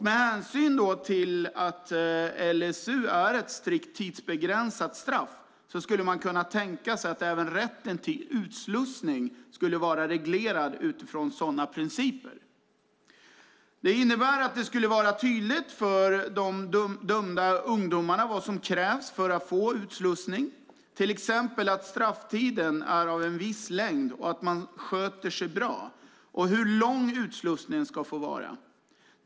Men hänsyn till att LSU innebär ett strikt tidsbegränsat straff skulle man kunna tänka sig att även rätten till utslussning var reglerad utifrån sådana principer. Det innebär att det skulle vara tydligt för dömda ungdomar vad som krävs för att få utslussning, till exempel att strafftiden är av viss längd och att man sköter sig bra men också hur lång utslussningstiden ska få vara.